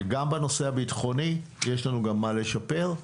גם בנושא הביטחוני יש לנו גם מה לשפר,